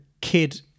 kid